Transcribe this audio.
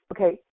Okay